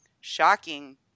shocking